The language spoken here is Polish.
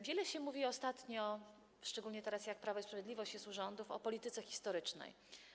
Wiele się mówi ostatnio, szczególnie teraz, kiedy Prawo i Sprawiedliwość jest u rządów, o polityce historycznej.